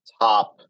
top